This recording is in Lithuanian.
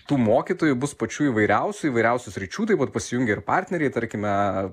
tų mokytojų bus pačių įvairiausių įvairiausių sričių tai vat pasijungė ir partneriai tarkime